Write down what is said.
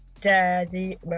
Daddy